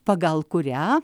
pagal kurią